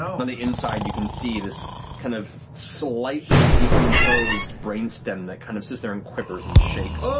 on the inside, you can see this kind of slightly decomposed brain stem that kind of sits there and quivers and shakes.